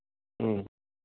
ꯎꯝ